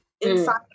inside